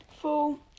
full